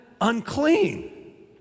unclean